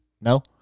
no